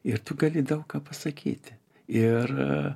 ir tu gali daug ką pasakyti ir